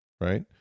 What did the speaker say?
right